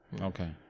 okay